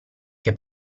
che